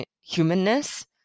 humanness